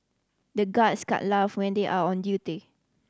the guards can't laugh when they are on duty